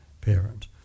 parent